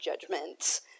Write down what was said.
judgments